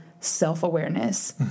self-awareness